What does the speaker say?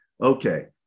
Okay